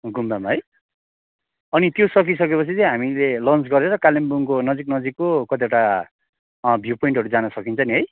गुम्बामा है अनि त्यो सकिसकेपछि चाहिँ हामीले लन्च गरेर कालिम्पोङको नजिक नजिकको कतिवटा भ्यू पोइन्टहरू जानु सकिन्छ नि है